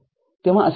तेव्हा असे होईल